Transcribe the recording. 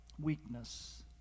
weakness